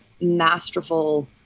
masterful